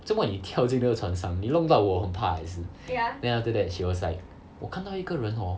做什么你跳这个床上你弄到我很怕也是 then after that she was like 我看到一个人 hor